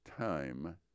time